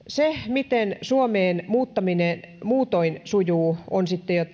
miten suomeen muuttaminen muutoin sujuu on